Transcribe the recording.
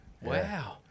Wow